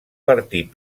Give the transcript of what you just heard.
partir